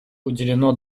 уделено